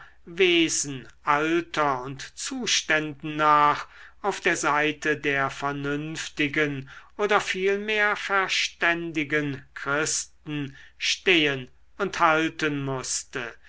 wesen alter und zuständen nach auf der seite der vernünftigen oder vielmehr verständigen christen stehen und halten mußte